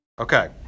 Okay